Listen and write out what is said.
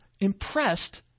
impressed